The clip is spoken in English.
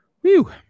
Phew